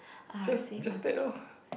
just just that lor